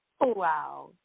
wow